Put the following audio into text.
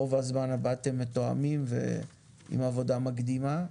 רוב הזמן באתם מתואמים ועם עבודה מקדימה.